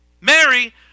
Mary